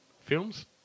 Films